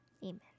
Amen